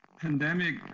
pandemic